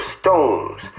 stones